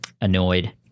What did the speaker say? annoyed